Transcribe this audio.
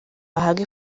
bahabwa